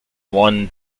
one